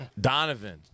Donovan